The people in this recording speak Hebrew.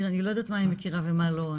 תראי, אני לא יודעת מה היא מכירה ומה לא.